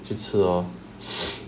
去吃咯